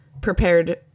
prepared